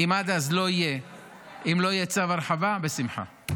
אם עד אז לא יהיה צו הרחבה, בשמחה.